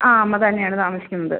ആ അമ്മ തന്നെയാണ് താമസിക്കുന്നത്